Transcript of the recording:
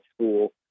school